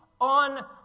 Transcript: on